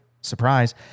Surprise